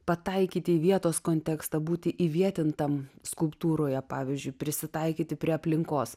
pataikyti į vietos kontekstą būti įvietintam skulptūroje pavyzdžiui prisitaikyti prie aplinkos